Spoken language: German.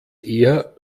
eher